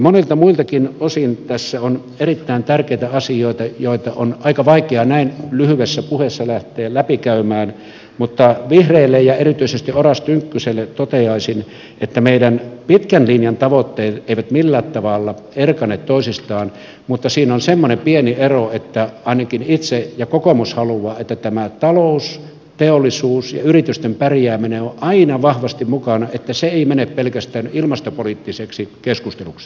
monilta muiltakin osin tässä on erittäin tärkeitä asioita joita on aika vaikea näin lyhyessä puheessa lähteä läpikäymään mutta vihreille ja erityisesti oras tynkkyselle toteaisin että meidän pitkän linjan tavoitteet eivät millään tavalla erkane toisistaan mutta siinä on semmoinen pieni ero että ainakin minä itse haluan ja kokoomus haluaa että talous teollisuus ja yritysten pärjääminen ovat aina vahvasti mukana että se ei mene pelkästään ilmastopoliittiseksi keskusteluksi